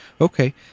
Okay